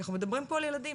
כי אנחנו מדברים פה על ילדים,